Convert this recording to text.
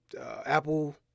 Apple